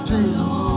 Jesus